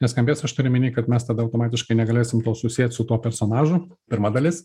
neskambės aš turiu omeny kad mes tada automatiškai negalėsim to susiet su tuo personažu pirma dalis